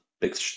big